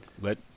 let